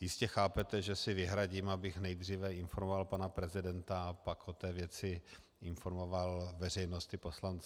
jistě chápete, že si vyhradím, abych nejdříve informoval pana prezidenta, a pak o té věci informoval veřejnost i poslance.